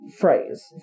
phrase